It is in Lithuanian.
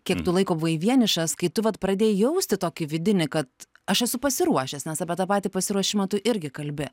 kiek tu laiko buvai vienišas kai tu vat pradėjai jausti tokį vidinį kad aš esu pasiruošęs nes apie tą patį pasiruošimą tu irgi kalbi